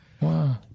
Wow